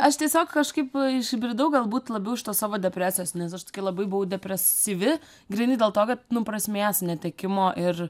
aš tiesiog kažkaip išbridau galbūt labiau iš tos savo depresijos nes aš tokia labai buvau depresyvi grynai dėl to kad nu prasmės netekimo ir